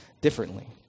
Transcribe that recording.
differently